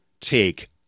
take